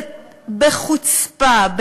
בחוצפה,